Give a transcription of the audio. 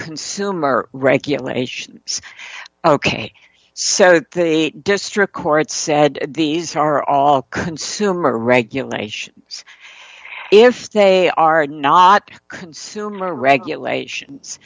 consumer regulations ok so the district court said these are all consumer regulations if they are not consumer regulations